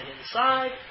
inside